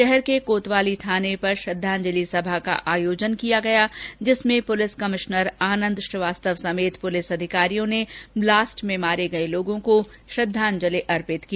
शहर के कोतवाली थाने पर श्रद्वांजलि सभा का आयोजन किया गया जिसमें पुलिस कमिश्नर आनंद श्रीवास्तव समेत पुलिस अधिकारियों ने ब्लास्ट में मारे गए लोगों को श्रद्धांजलि अर्पित की